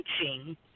teaching